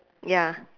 ya